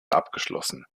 abgeschlossen